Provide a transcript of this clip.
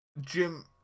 Jim